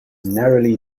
narrowly